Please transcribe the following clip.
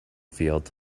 field